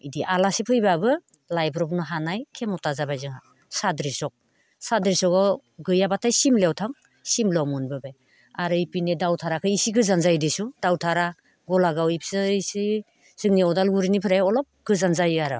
बिदि आलासि फैबाबो लायब्र'बनो हानाय खेम'था जाबाय जोंहा साद्रि स'क साद्रि स'काव गैयाबाथाय सिमलायाव थां सिमलायाव मोनबोबाय आरो इपिने दावथाराखै इसे गोजान जायो दिसु दावथारा गलागाव बेसोरो इसे जोंनि उदालगुरिनिफ्राय अलप गोजान जायो आरो